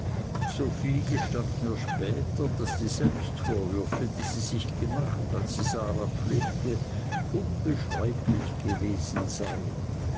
sophie gestand mir später daß die selbstvorwürfe die sie sich gemacht als sie sara pflegte unbeschreiblich gewesen seien